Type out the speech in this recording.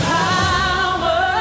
power